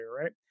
right